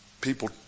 people